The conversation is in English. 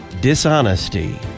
dishonesty